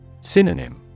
Synonym